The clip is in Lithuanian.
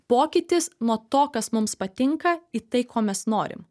pokytis nuo to kas mums patinka į tai ko mes norim